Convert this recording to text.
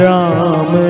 Ram